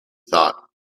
thought